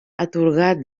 atorgat